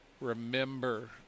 Remember